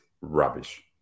rubbish